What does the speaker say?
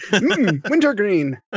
Wintergreen